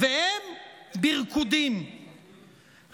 והם בריקודים,